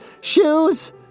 Shoes